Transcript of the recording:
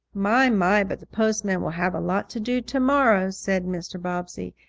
my, my, but the postman will have a lot to do to-morrow, said mr. bobbsey.